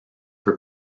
peu